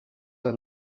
are